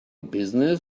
business